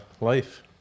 life